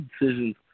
decisions